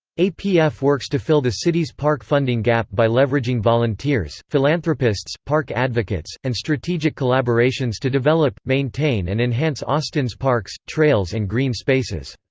apf works to fill the city's park funding gap by leveraging volunteers, philanthropists, park advocates, and strategic collaborations to develop, maintain and enhance austin's parks, trails and green spaces.